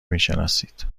میشناسید